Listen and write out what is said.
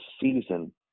season